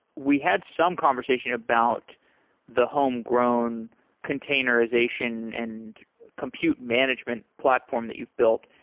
we had some conversation about the homegrown containerization and compute management platform that you've built.